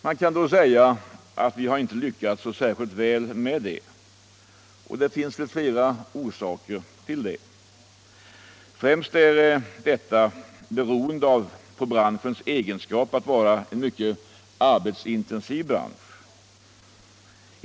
Man kan då säga att vi inte har lyckats särskilt väl med detta, och det finns flera orsaker därtill. Främst är det branschens egenskap att vara mycket arbetskraftsintensiv.